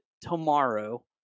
tomorrow